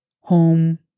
home